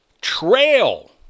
trail